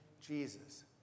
Jesus